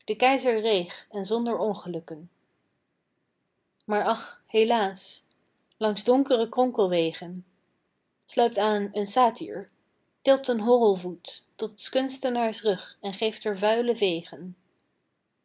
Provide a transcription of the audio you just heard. en zonder ongelukken maar ach helaas langs donkere kronkelwegen sluipt aan een satyr tilt den horrelvoet tot s kunstenaars rug en geeft er vuile vegen